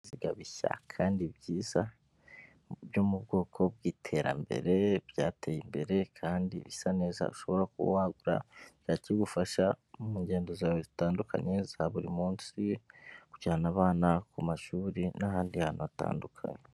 Ibinyabiziga bishya kandi byiza, byo mu bwoko bw'iterambere kandi byateye imbere, kandi bisa neza, ushobora kuba wagura kikagufasha mu ngendo zawe zitandukanye za buri munsi, kujyana abana ku mashuri, n'ahandi hantu hatandukanye.